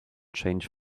change